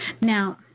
Now